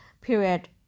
period